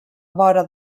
vora